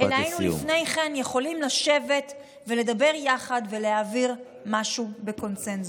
אלא היינו יכולים לשבת לפני כן ולדבר יחד ולהעביר משהו בקונסנזוס.